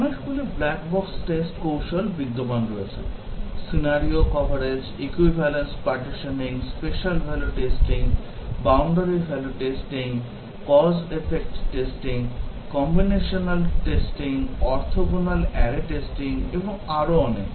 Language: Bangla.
অনেকগুলি ব্ল্যাক বক্স টেস্ট কৌশল বিদ্যমান রয়েছে Scenario coverage Equivalence partitioning Special value testing Boundary value testing Cause effect testing Combinatorial testing orthogonal array testing এবং আরো অনেক